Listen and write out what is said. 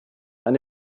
eine